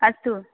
अस्तु